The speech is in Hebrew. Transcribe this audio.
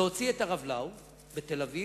להוציא הרב לאו בתל-אביב,